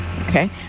Okay